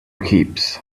keeps